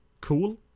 cool